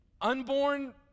unborn